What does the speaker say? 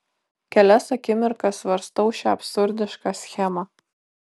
kelias akimirkas svarstau šią absurdišką schemą